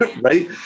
right